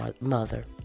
mother